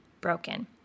broken